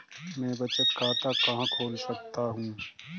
मैं बचत खाता कहाँ खोल सकता हूँ?